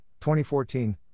2014